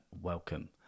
welcome